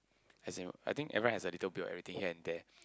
as in I think everyone has a little bit of everything here and there